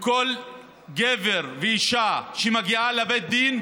וכל גבר ואישה שמגיעים לבית הדין,